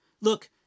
Look